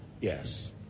Yes